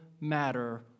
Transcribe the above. matter